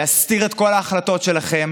להסתיר את כל ההחלטות שלכם